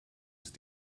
ist